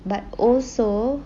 but also